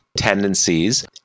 tendencies